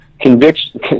conviction